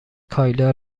کایلا